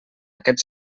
aquest